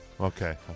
Okay